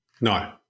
No